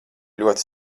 ļoti